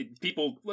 people